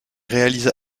réalisa